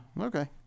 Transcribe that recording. Okay